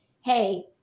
hey